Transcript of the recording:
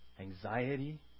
Anxiety